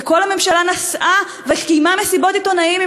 וכל הממשלה נסעה וקיימה מסיבות עיתונאים עם